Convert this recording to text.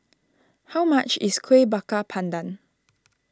how much is Kueh Bakar Pandan